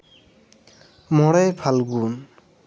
ᱢᱚᱬᱮᱭ ᱯᱷᱟᱞᱜᱩᱱ